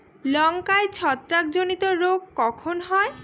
লঙ্কায় ছত্রাক জনিত রোগ কখন হয়?